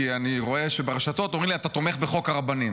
כי אני רואה שברשתות אומרים לי אתה תומך בחוק הרבנים.